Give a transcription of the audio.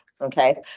okay